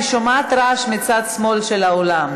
אני שומעת רעש מצד שמאל של האולם,